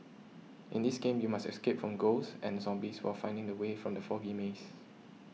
in this game you must escape from ghosts and zombies while finding the way from the foggy maze